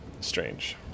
Strange